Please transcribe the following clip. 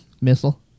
missile